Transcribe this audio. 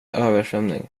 översvämning